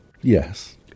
Yes